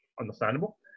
understandable